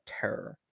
terror